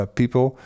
people